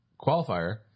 qualifier